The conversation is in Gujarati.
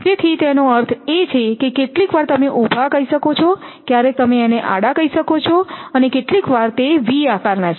તેથી તેનો અર્થ એ કે કેટલીકવાર તમે ઊભા કહી શકો છો ક્યારેક તમે આડા કહી શકો છો અને કેટલીકવાર તે વી આકાર ના છે